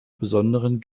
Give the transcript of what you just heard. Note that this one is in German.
besonderen